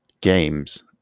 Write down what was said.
games